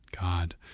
God